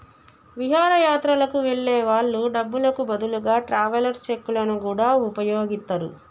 విహారయాత్రలకు వెళ్ళే వాళ్ళు డబ్బులకు బదులుగా ట్రావెలర్స్ చెక్కులను గూడా వుపయోగిత్తరు